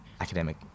academic